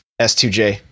S2J